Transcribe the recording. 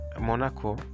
Monaco